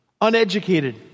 uneducated